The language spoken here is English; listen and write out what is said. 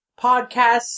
podcasts